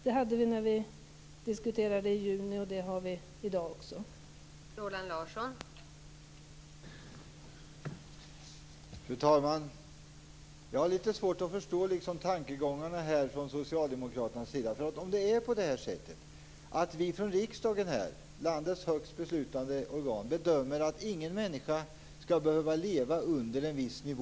Det hade vi när vi diskuterade i juni, och det har vi också i dag.